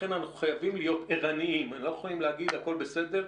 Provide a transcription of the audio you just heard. לכן אנחנו חייבים היות ערניים ולא יכולים להגיד שהכל בסדר,